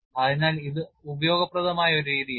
അതിനാൽ ഇത് ഉപയോഗപ്രദമായ ഒരു രീതിയാണ്